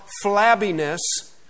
flabbiness